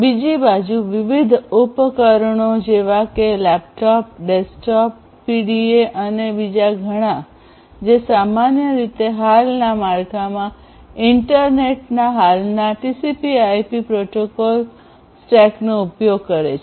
બીજી બાજુ વિવિધ ઉપકરણો જેવા કે લેપટોપ ડેસ્કટોપ પીડીએ અને બીજા ઘણા જે સામાન્ય રીતે હાલના માળખામાં ઇન્ટરનેટના હાલના ટીસીપી આઈપી પ્રોટોકોલ સ્ટેકનો ઉપયોગ કરે છે